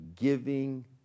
Giving